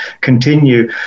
continue